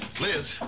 Liz